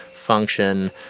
function